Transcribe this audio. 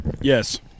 Yes